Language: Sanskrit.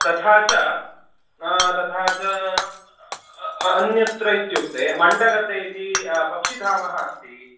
तथा च तथा च अन्यत्र इत्युक्ते मण्डगद्दे इति पक्षीधामः अस्ति